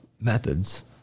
methods